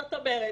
זאת אומרת,